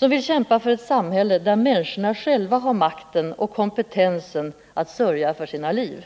De vill kämpa för ett samhälle där människorna själva har makten och kompetensen att sörja för sina liv.